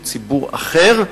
שהוא ציבור אחר.